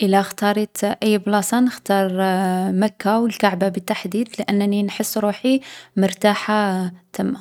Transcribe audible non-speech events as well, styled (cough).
إلا اختاريت أي بلاصة نختار (hesitation) مكة و الكعبة بالتحديد لأنني نحس روحي مرتاحة (hesitation) ثما.